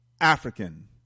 African